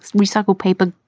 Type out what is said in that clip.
recycled paper,